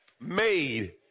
made